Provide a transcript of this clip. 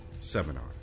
Seminar